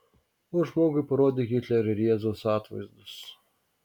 o žmogui parodyk hitlerio ir jėzaus atvaizdus